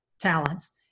talents